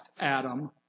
Adam